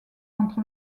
entre